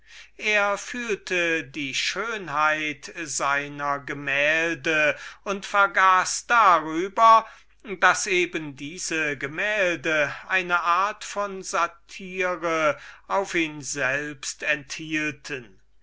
er fühlte die schönheit seiner gemälde und vergaß darüber daß eben diese gemälde eine art von satyre über ihn selbst enthielten